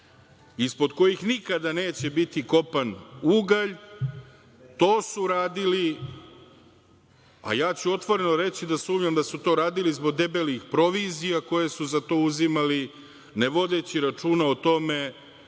Ispod kojih nikada neće biti kopan ugalj, to su radili, a ja ću otvoreno reći da sumnjam da su to radili zbog debelih provizija koje su za to uzimali ne vodeći računa o tome